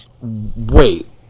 wait